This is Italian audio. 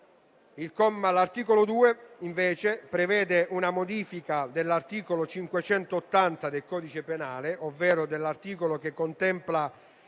L'articolo 2, invece, prevede una modifica dell'articolo 580 del codice penale, ovvero dell'articolo che contempla